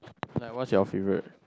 like what is your favourite